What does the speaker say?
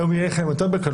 היום זה יהיה לכם יותר בקלות,